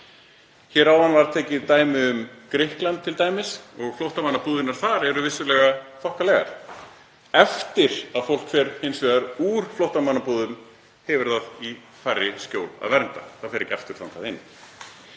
Hér áðan var tekið dæmi um Grikkland. Flóttamannabúðirnar þar eru vissulega þokkalegar en eftir að fólk fer úr flóttamannabúðum hefur það í færri skjól að venda. Það fer ekki aftur þangað inn.